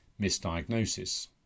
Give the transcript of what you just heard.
misdiagnosis